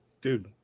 dude